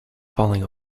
falling